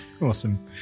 Awesome